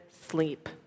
sleep